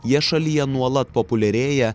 jie šalyje nuolat populiarėja